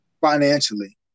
financially